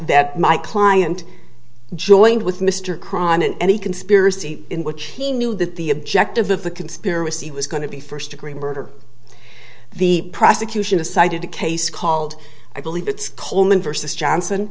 that my client joined with mr crime in any conspiracy in which he knew that the objective of the conspiracy was going to be first degree murder the prosecution decided a case called i believe it's coleman versus johnson